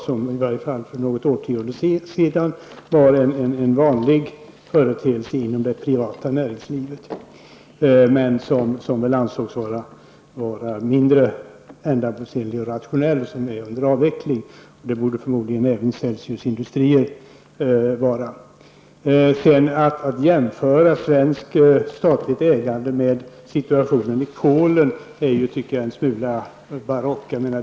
Det var i varje fall för något årtioende sedan en vanlig företeelse inom det privata näringslivet. Så småningom ansågs det vara mindre ändamålsenligt och rationellt med den företagsformen, varför den avvecklades. Det borde förmodligen ske även med Celsius Industrier AB. Att jämföra svenskt statligt ägande med situationen i Polen tycker jag är barockt.